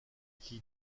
qui